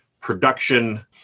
production